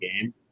game